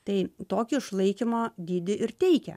tai tokį išlaikymo dydį ir teikia